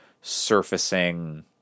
surfacing